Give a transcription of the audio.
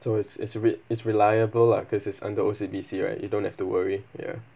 so it's it's a re~ is reliable lah cause is under O_C_B_C right you don't have to worry ya